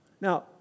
Now